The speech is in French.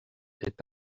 est